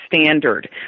standard